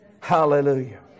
Hallelujah